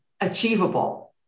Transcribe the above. achievable